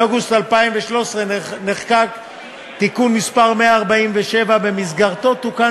באוגוסט 2013 נחקק תיקון מס' 147 ובמסגרתו תוקן